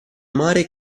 mare